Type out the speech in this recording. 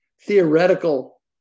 theoretical